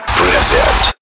present